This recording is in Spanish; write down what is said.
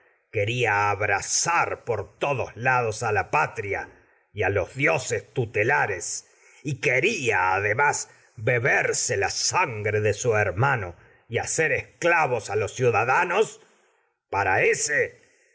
quería abrasar por todos lados a patria y a los dioses tutelares y quería además beberse la sangre de su hermano y hacer esclavos a los ciudadanos para ése